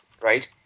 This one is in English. Right